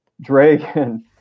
Dragon